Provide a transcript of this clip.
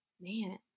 man